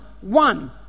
one